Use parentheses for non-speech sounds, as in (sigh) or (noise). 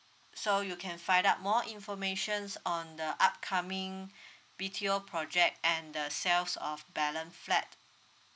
so you can find out more informations on the upcoming (breath) B_T_O project and the sales of balance flat